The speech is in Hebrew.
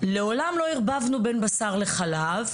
לעולם לא ערבבנו בין בשר לחלב,